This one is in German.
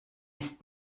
ist